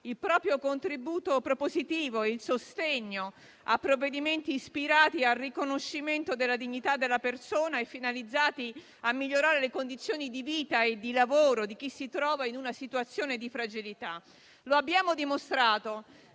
il proprio contributo propositivo e il sostegno a provvedimenti ispirati al riconoscimento della dignità della persona e finalizzati a migliorare le condizioni di vita e di lavoro di chi si trova in una situazione di fragilità. Lo abbiamo dimostrato